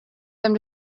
them